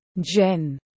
Jen